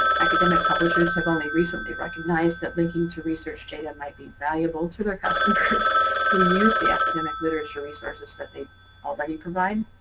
academic publishers have only recently recognized that linking to research data might be valuable to their customers who use the academic literature resources that they already provide.